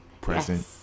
present